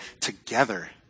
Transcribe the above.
together